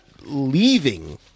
leaving